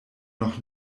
noch